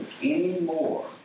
anymore